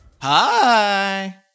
Hi